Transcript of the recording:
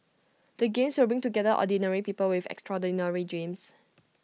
the games will bring together ordinary people with extraordinary dreams